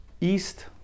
east